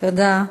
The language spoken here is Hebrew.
תודה.